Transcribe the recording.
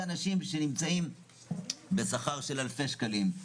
זה אנשים שנמצאים בשכר של אלפי שקלים,